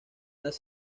las